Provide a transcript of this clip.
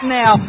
now